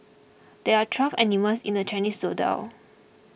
there are twelve animals in the Chinese zodiac